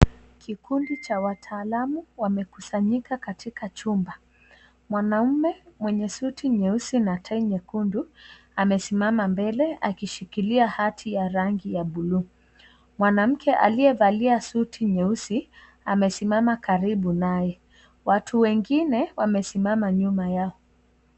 Kikundi cha wataalamu wamekusanyika katika chumba. Mwanaume mwenye suti nyeusi na tai nyekundu amesimama mbele akishikilia hati ya rangi ya bluu. Mwanamke aliyevalia suti nyeusi amesimama karibu naye. Watu wengine wamesimama nyuma yao.